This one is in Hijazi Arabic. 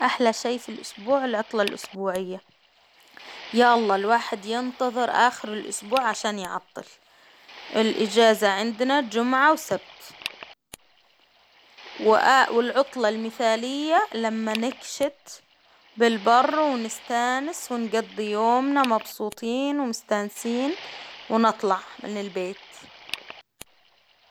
أحلى شيء في الإسبوع العطلة الاسبوعية، يا الله الواحد ينتظر آخر الإسبوع عشان يعطل، الإجازة عندنا جمعة وسبت، والعطلة المثالية لما نكشت بالبر، ونستأنس ونقضي يومنا ومستأنسين ونطلع من البيت.